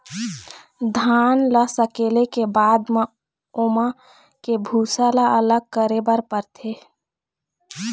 धान ल सकेले के बाद म ओमा के भूसा ल अलग करे बर परथे